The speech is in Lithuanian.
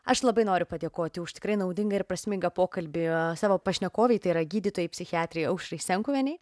aš labai noriu padėkoti už tikrai naudingą ir prasmingą pokalbį savo pašnekovei tai yra gydytojai psichiatrei aušrai senkuvienei